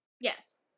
Yes